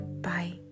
Bye